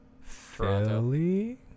Philly